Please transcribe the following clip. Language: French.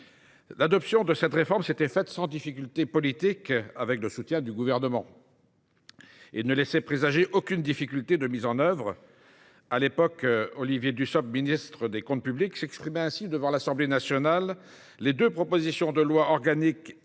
L’adoption de cette réforme s’était faite sans difficulté politique, avec le soutien du Gouvernement, et ne laissait présager aucune difficulté de mise en œuvre. À l’époque, M. Olivier Dussopt, ministre délégué chargé des comptes publics, s’exprimait ainsi devant l’Assemblée nationale :« Les deux propositions de loi organique et les deux